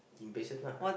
impatient lah